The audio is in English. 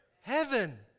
Heaven